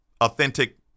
authentic